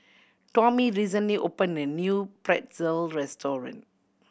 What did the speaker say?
Tommy recently opened a new Pretzel restaurant